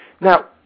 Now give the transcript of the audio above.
Now